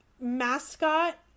Mascot